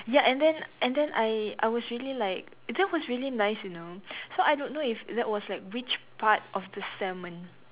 ya and then and then I I was really like that was really nice you know so I don't know if that was like which part of the salmon